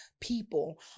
people